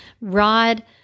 Rod